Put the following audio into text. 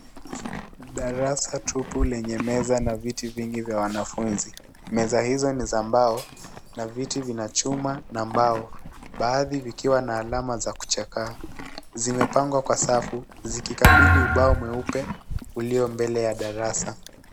Darasa tupu lenye meza na viti vingi vya wanafunzi. Meza hizo ni za mbao na viti vina chuma na mbao. Baadhi vikiwa na alama za kuchakaa. Zimepangwa kwa safu zikikabili ubao mweupe ulio mbele ya darasa.